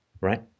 right